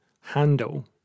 handle